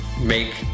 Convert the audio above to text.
make